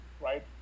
right